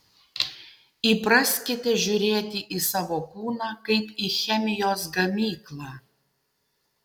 įpraskite žiūrėti į savo kūną kaip į chemijos gamyklą